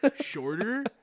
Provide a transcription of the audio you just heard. shorter